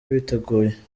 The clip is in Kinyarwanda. biteguye